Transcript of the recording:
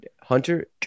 Hunter